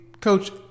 coach